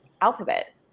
alphabet